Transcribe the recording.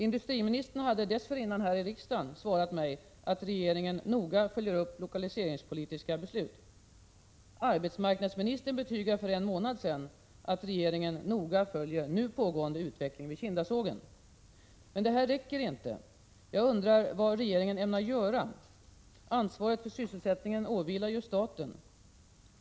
Industriministern hade dessförinnan här i riksdagen svarat mig att regeringen noga följer upp lokaliseringspolitiska beslut. Arbetsmarknadsministern betygade för en månad sedan att regeringen noga följer nu pågående utveckling vid Kindasågen. Men det räcker inte. Jag undrar vad regeringen ämnar göra. Ansvaret för sysselsättningen åvilar ju staten.